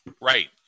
Right